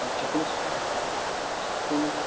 আচ্ছা কোনো কোনো